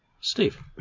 Steve